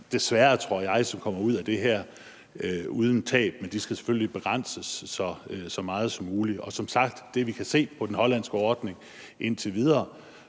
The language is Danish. desværre ingen erhverv, som kommer ud af det her uden tab, men de skal selvfølgelig begrænses så meget som muligt. Som sagt er det, vi kan se på den hollandske ordning altså indtil videre,